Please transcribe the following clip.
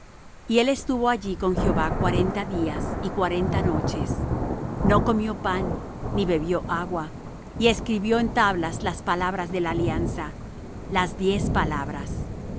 y él estuvo allí con jehová cuarenta días y cuarenta noches no comió pan ni bebió agua y escribió en tablas las palabras de la alianza las diez palabras